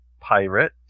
pirate